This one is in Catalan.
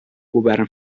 govern